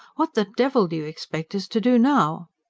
what the devil do you expect us to do now?